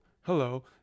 hello